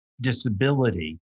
disability